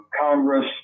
Congress